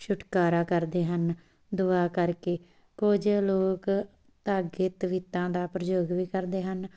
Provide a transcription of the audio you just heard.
ਛੁਟਕਾਰਾ ਕਰਦੇ ਹਨ ਦੁਆ ਕਰਕੇ ਕੁਝ ਲੋਕ ਧਾਗੇ ਤਵੀਤਾਂ ਦਾ ਪ੍ਰਯੋਗ ਵੀ ਕਰਦੇ ਹਨ